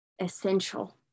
essential